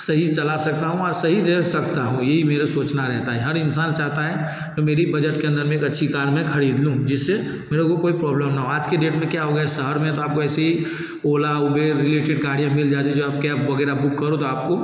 सही चला सकता हूँ और सही दे सकता हूँ यही मेरा सोचना रहता है हर इंसान चाहता है कि मेरी बजट के अंदर में एक अच्छी कार मैं खरीद लूँ जिससे मेरे को कोई प्रॉब्लम ना हो आज की डेट में क्या हो गया शहर में तो आपको ऐसे ही ओला उबेर रिलेटेड गाडियाँ मिल जा रही हैं जो आप कैब वगैरह बुक करो तो आपको